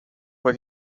what